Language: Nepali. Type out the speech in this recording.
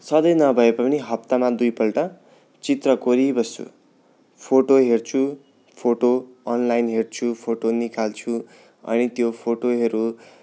सधैँ नभए पनि हप्तामा दुईपल्ट चित्र कोरिबस्छु फोटो हेर्छु फोटो अनलाइन हेर्छु फोटो निकाल्छु अनि त्यो फोटोहरू